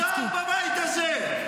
נגע זר בבית הזה.